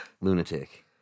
Lunatic